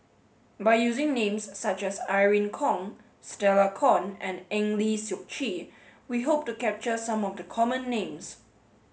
by using names such as Irene Khong Stella Kon and Eng Lee Seok Chee we hope to capture some of the common names